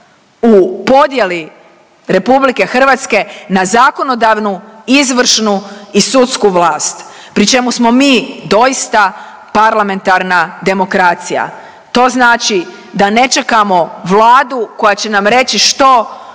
u podjeli RH na zakonodavnu, izvršnu i sudsku vlast, pri čemu smo mi doista parlamentarna demokracija. To znači da ne čekamo Vladu koja će nam reći što